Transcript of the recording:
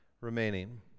remaining